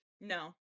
No